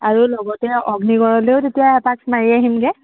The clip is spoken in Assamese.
আৰু লগতে অগ্নিগড়লৈও তেতিয়া এপাক মাৰি আহিমগে